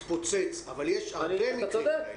המקרה הזה התפוצץ אבל יש הרבה מקרים כאלה.